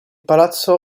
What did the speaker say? palazzo